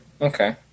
Okay